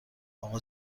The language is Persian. اقا